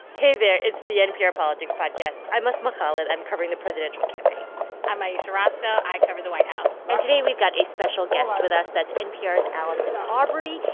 hey there. it's the npr politics podcast. i'm asma khalid. i'm covering the presidential campaign i'm ayesha rascoe. i cover the white house and today, we've got a special guest with us. that's npr's allison aubrey.